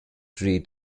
three